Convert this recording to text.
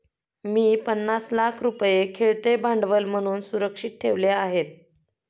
मी पन्नास लाख रुपये खेळते भांडवल म्हणून सुरक्षित ठेवले आहेत